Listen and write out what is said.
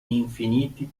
infiniti